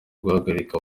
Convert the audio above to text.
guhagarika